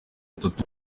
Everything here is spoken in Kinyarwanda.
gatatu